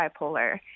bipolar